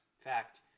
Fact